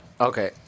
Okay